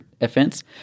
offense